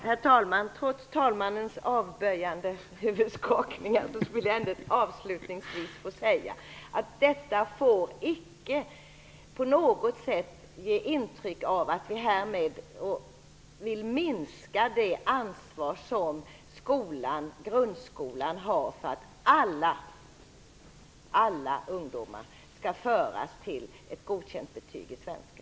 Herr talman! Trots tredje vice talmannens avböjande huvudskakningar vill jag avslutningsvis säga att detta icke på något sätt får ge ett intryck av att vi härmed vill minska det ansvar som grundskolan har för att alla ungdomar förs fram till ett godkänt betyg i svenska.